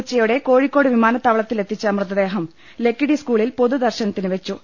ഉച്ചയോടെ കോഴിക്കോട് വിമാനത്താവളത്തിൽ എത്തിച്ച മൃതദേഹം ലക്കിടി സ്കൂളിൽ പൊതു ദർശനത്തിന് വെച്ചു